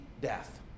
death